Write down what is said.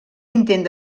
intent